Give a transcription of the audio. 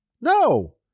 No